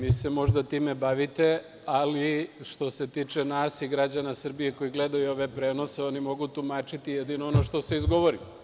Vi se možda time bavite, ali što se tiče nas i građana Srbije koji gledaju ove prenose, oni mogu tumačiti jedino ono što se izgovori.